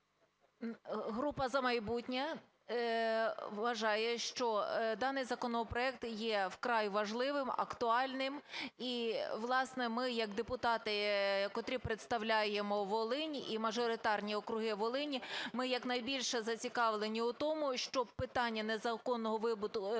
Група "За майбутнє" вважає, що даний законопроект є вкрай важливим, актуальним і, власне, ми як депутати, котрі представляємо Волинь і мажоритарні округи Волині, ми якнайбільше зацікавлені у тому, щоб питання незаконного видобутку